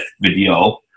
video